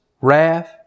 wrath